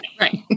right